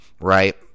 right